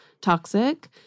toxic